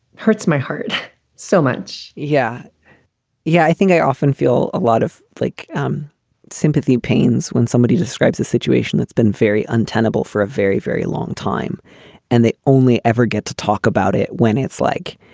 hurts my heart so much. yeah yeah, i think i often feel a lot of like um sympathy pains when somebody describes a situation that's been very untenable for a very, very long time and they only ever get to talk about it when it's like,